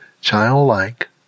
childlike